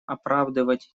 оправдывать